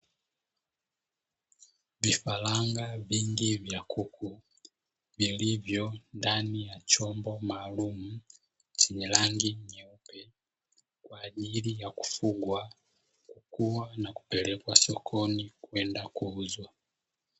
Vifaranga vingi vya kuku vilivyo ndani ya chumba maalumu, vinafugwa ili vikue na kupelekwa sokoni kwenda kuuzwa.